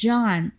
John